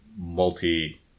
multi